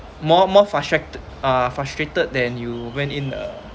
more more frustra~ uh frustrated than you went in the